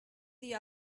the